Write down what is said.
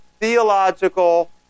theological